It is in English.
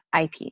IP